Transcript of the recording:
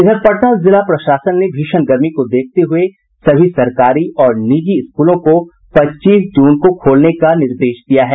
इधर पटना जिला प्रशासन ने भीषण गर्मी को देखते हुये सभी सरकारी और निजी स्कूलों को पच्चीस जून को खोलने का निर्देश दिया है